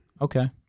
Okay